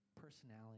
personality